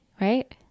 right